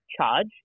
charge